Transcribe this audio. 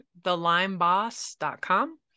thelimeboss.com